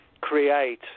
create